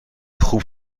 خوب